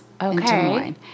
Okay